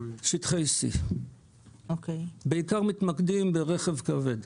בשטחי C. בעיקר מתמקדים ברכב כבד.